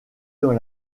dans